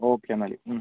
okay എന്നാൽ